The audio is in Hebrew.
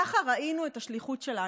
ככה ראינו את השליחות שלנו.